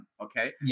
okay